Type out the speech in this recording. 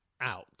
out